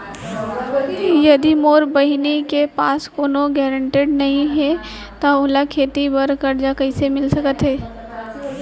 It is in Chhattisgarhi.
यदि मोर बहिनी के पास कोनो गरेंटेटर नई हे त ओला खेती बर कर्जा कईसे मिल सकत हे?